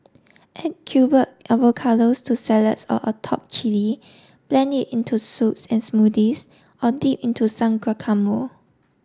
add avocados to salads or atop chilli blend it into soups and smoothies or dip into some guacamole